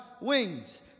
wings